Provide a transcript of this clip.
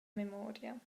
memoria